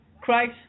Christ